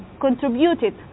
contributed